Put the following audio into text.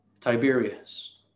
Tiberius